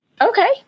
Okay